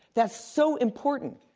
that's so important,